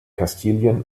kastilien